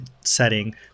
setting